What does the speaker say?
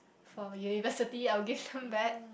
for university I will give them back